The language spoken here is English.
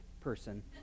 person